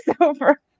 over